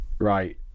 right